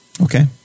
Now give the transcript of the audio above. Okay